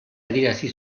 adierazi